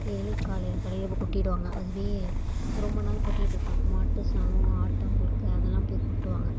daily காலையில் காலையில் போய் கொட்டிடுவாங்க அதுவே ரொம்ப நாள் கொட்டிகிட்டு இருப்பாங்க மாட்டு சாணம் ஆட்டாம்புழுக்க அதெல்லாம் போய் கொட்டுவாங்க